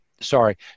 sorry